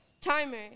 Timer